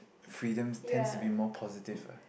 freedom tends to be more positive ah